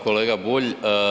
Kolega Bulj.